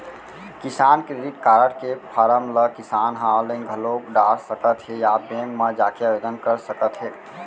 किसान credit card के form ल किसान ह आनलाइन घलौ डार सकत हें या बेंक म जाके आवेदन कर सकत हे